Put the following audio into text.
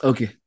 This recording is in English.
Okay